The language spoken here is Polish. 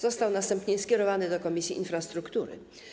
Został następnie skierowany do Komisji Infrastruktury.